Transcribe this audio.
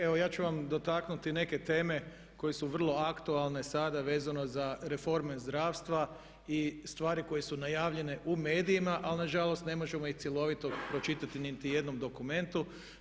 Evo ja ću vam dotaknuti neke teme koje su vrlo aktualne sada vezano za reforme zdravstva i stvari koje su najavljene u medijima ali na žalost ne možemo ih cjelovito pročitati u niti jednom dokumentu.